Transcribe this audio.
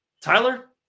Tyler